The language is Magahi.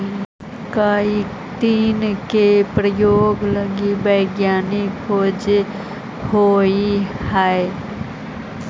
काईटिन के प्रयोग लगी वैज्ञानिक खोज होइत हई